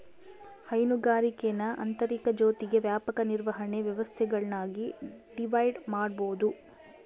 ಹೈನುಗಾರಿಕೇನ ಆಂತರಿಕ ಜೊತಿಗೆ ವ್ಯಾಪಕ ನಿರ್ವಹಣೆ ವ್ಯವಸ್ಥೆಗುಳ್ನಾಗಿ ಡಿವೈಡ್ ಮಾಡ್ಬೋದು